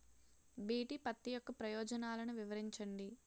BT పత్తి యొక్క ప్రయోజనాలను వివరించండి?